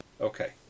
okay